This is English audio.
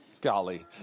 Golly